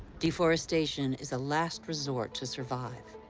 deforestation is a last resort to survive.